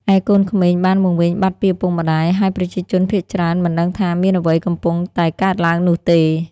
ឯកូនក្មេងបានវង្វេងបាត់ពីឪពុកម្តាយ ហើយប្រជាជនភាគច្រើនមិនដឹងថាមានអ្វីកំពុងតែកើតឡើងនោះទេ។